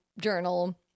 journal